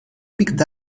picked